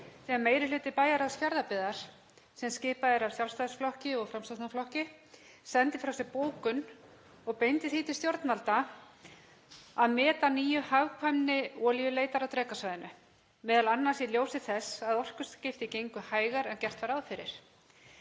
þegar meiri hluti bæjarráðs Fjarðabyggðar, sem skipaður er af Sjálfstæðisflokki og Framsóknarflokki, sendi frá sér bókun og beindi því til stjórnvalda að meta að nýju hagkvæmni olíuleitar á Drekasvæðinu, m.a. í ljósi þess að orkuskipti gengju hægar en gert var ráð fyrir.